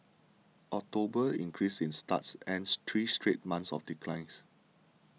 October's increase in starts ended three straight months of declines